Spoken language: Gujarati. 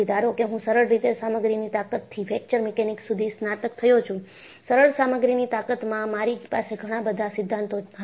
ધારો કે હું સરળ રીતે સામગ્રીની તાકતથી ફ્રેકચર મિકેનિક્સ સુધી સ્નાતક થયો છું સરળ સામગ્રીની તાકતમાં મારી પાસે ઘણાબધા સિદ્ધાંતો હતા